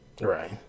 right